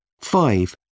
Five